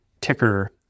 ticker